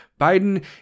Biden